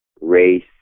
race